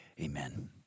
amen